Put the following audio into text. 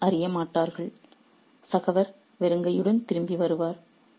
யாரும் அறிய மாட்டார்கள் சகவர் வெறுங்கையுடன் திரும்பி வருவார்